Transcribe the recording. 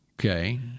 Okay